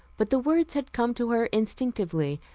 but the words had come to her instinctively,